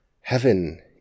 heaven